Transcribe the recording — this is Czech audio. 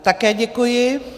Také děkuji.